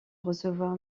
recevoir